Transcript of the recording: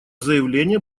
заявления